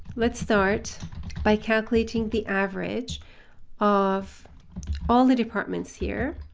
let's start by calculating the average of all the departments here,